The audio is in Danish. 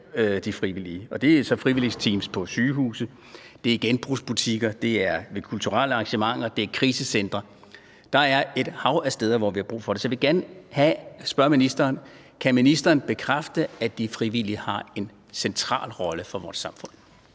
opfattelse. Det er frivillige teams på sygehus, det er i genbrugsbutikker, det er ved kulturelle arrangementer, det er i krisecentre; der er et hav af steder, hvor vi har brug for det. Så jeg vil gerne spørge ministeren: Kan ministeren bekræfte, at de frivillige har en central rolle for vores samfund?